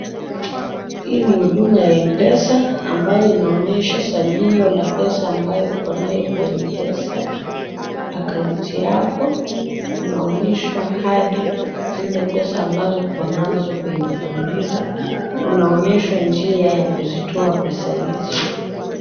Hii ni huduma ya mpesa ambayo inaonyesha salio la pesa ambayo ukonayo kwa mpesa, account yako unaonyeshwa hadi zile pesa ukonazo kwenye fuliza unaonyeshwa njia ya kuzitoa pesa hizi.